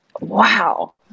wow